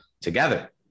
together